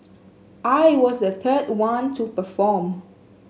I was the third one to perform